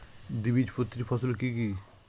দ্বিবীজপত্রী ফসল কি কি?